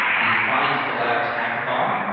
the findcollabs hackathon.